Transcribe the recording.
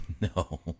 No